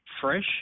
fresh